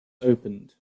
opened